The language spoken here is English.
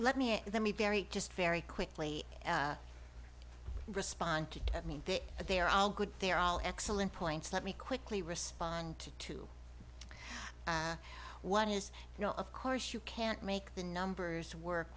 let me let me barry just very quickly respond to i mean they are all good they're all excellent points let me quickly respond to to what is you know of course you can't make the numbers work